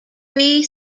three